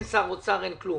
אין שר אוצר, אין כלום.